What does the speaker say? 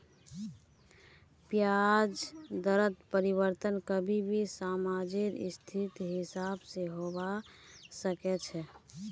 ब्याज दरत परिवर्तन कभी भी समाजेर स्थितिर हिसाब से होबा सके छे